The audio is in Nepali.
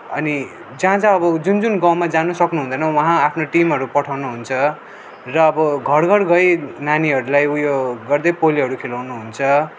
अनि जहाँ जहाँ अब जुन जुन गाउँमा जानु सक्नुहुँदैन वहाँ आफ्नो टिमहरू पठाउनु हुन्छ र अब घर घर गई नानीहरूलाई उयो गर्दै पोलियोहरू खुवाउनु हुन्छ